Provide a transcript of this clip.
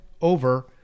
over